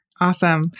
Awesome